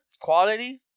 quality